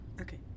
Okay